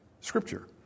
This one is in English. Scripture